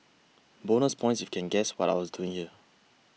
bonus points if you can guess what I was doing there